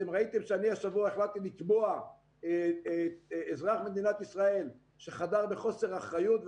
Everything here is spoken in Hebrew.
אתם ראיתם שהשבוע החלטתי לתבוע אזרח מדינת ישראל שחדר בחוסר אחריות,